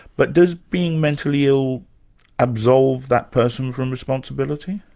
but does being mentally ill absolve that person from responsibility?